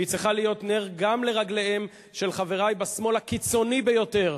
והיא צריכה להיות נר גם לרגליהם של חברי בשמאל הקיצוני ביותר,